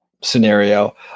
scenario